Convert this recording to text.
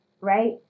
right